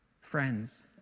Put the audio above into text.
Friends